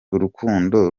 urukundo